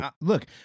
look